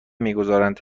میگذارند